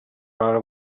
clara